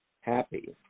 happy